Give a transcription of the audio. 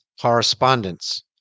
correspondence